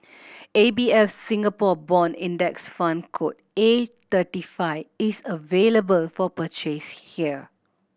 A B F Singapore Bond Index Fund code A thirty five is available for purchase here